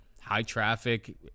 high-traffic